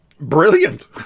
brilliant